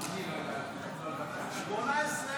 ההחלטה למנוע ממשרתי מילואים את הסובסידיה זו החלטה שלך.